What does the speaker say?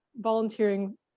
volunteering